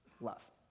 love